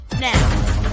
now